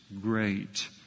great